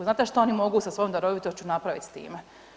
Znate šta oni mogu sa svojom darovitošću napraviti s time?